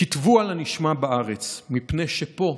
"כתבו על הנשמע בארץ, מפני שפה",